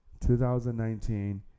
2019